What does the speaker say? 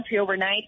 overnight